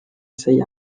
sei